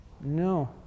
No